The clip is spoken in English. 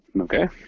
okay